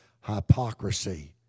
hypocrisy